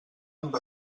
amb